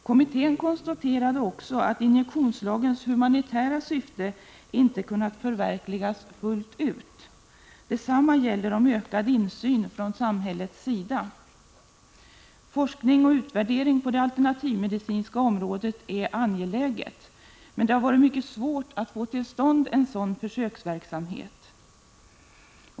Kommittén konstaterade också att injektionslagens humanitära syfte inte kunnat förverkligas fullt ut. Detsamma gäller om ökad insyn från samhällets sida. Forskning och utvärdering på det alternativmedicinska området är angeläget, men det har varit mycket svårt att få till stånd en sådan försöksverksamhet.